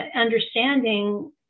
understanding